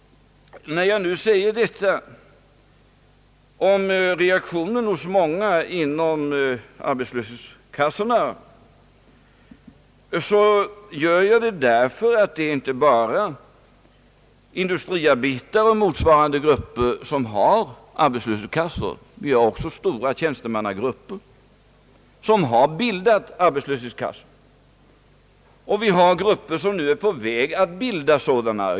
Jag säger detta om reaktionen hos många inom arbetslöshetskassorna därför att det inte bara är industriarbetare och motsvarande grupper, som har arbetslöshetskassor. Också stora tjänstemannagrupper har bildat arbetslöshetskassor, och det finns grupper som är på väg att bilda sådana.